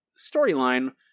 storyline